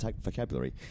vocabulary